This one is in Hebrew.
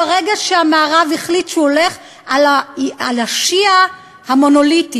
ברגע שהמערב החליט שהוא הולך על השיעה המונוליטית,